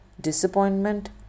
disappointment